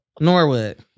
Norwood